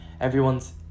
everyone's